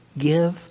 give